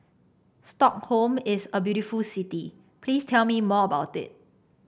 Stockholm is a very beautiful city please tell me more about it